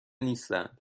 نیستند